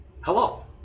Hello